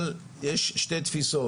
אבל יש שתי תפיסות.